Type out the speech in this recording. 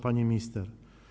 Pani Minister!